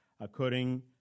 according